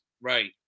Right